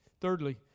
Thirdly